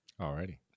Alrighty